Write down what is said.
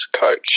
coach